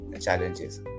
challenges